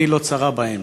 עיני לא צרה בהם.